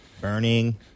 burning